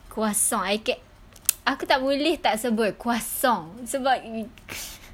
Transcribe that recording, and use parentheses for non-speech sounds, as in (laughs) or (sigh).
croissant I get (noise) aku tak boleh tak sebut croissant sebab (laughs)